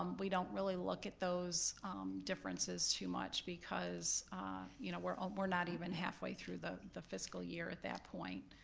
um we don't really look at those differences too much because you know we're um we're not even halfway through the the fiscal year at that point,